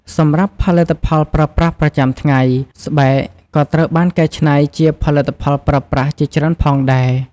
សម្រាប់ផលិតផលប្រើប្រាស់ប្រចាំថ្ងៃ ស្បែកក៏ត្រូវបានកែច្នៃជាផលិតផលប្រើប្រាស់ជាច្រើនផងដែរ ។